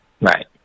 Right